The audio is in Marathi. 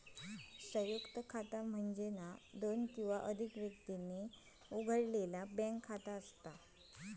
संयुक्त खाता म्हणजे दोन किंवा अधिक व्यक्तींनी उघडलेला बँक खाता